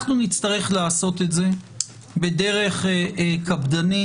אנחנו נצטרך לעשות את זה בדרך קפדנית,